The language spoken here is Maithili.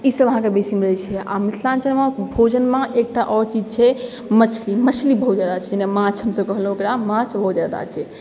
ई सब अहाँके बेसी मिलै छै आओर मिथिलाञ्चलमे भोजनमे एकटा आओर चीज छै मछली मछली बहुत जादा छै माछ हमसब कहलहुँ ओकरा माछ बहुत जादा छै